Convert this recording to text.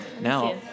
Now